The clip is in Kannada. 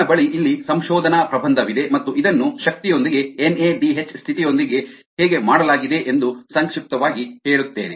ನನ್ನ ಬಳಿ ಇಲ್ಲಿ ಸಂಶೋಧನಾ ಪ್ರಬಂಧವಿದೆ ಮತ್ತು ಇದನ್ನು ಶಕ್ತಿಯೊಂದಿಗೆ ಎನ್ಎಡಿಎಚ್ ಸ್ಥಿತಿಯೊಂದಿಗೆ ಹೇಗೆ ಮಾಡಲಾಗಿದೆಯೆಂದು ಸಂಕ್ಷಿಪ್ತವಾಗಿ ಹೇಳುತ್ತೇನೆ